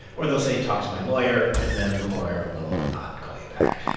or they'll say, talk to my lawyer. and then the lawyer will not call you back.